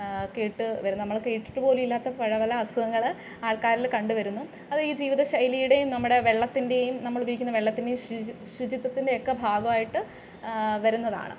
കേട്ടു വരുന്നത് നമ്മൾ കേട്ടിട്ടു പോലുമില്ലാത്ത പലപല അസുഖങ്ങൾ ആൾക്കാരിൽ കണ്ടു വരുന്നു അത് ഈ ജീവിത ശൈലിയുടെയും നമ്മുടെ വെള്ളത്തിൻ്റെയും നമ്മൾ ഉപയോഗിക്കുന്ന വെള്ളത്തിൻ്റെ ശുചിത്വത്തിൻ്റെ ഒക്കെ ഭാഗമായിട്ട് വരുന്നതാണ്